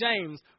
James